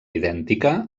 idèntica